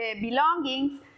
belongings